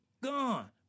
gone